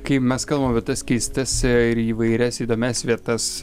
kai mes kalbam apie tas keistas ir įvairias įdomias vietas